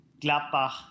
Gladbach